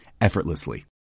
effortlessly